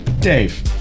Dave